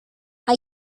hay